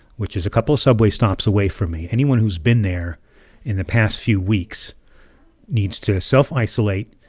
which is a couple of subway stops away from me, anyone who's been there in the past few weeks needs to self-isolate.